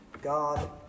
God